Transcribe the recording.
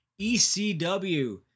ECW